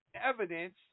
evidence